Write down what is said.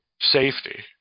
safety